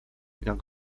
jak